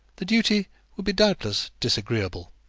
the duty would be doubtless disagreeable,